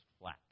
flat